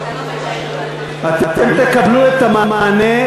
אתם תקבלו את המענה,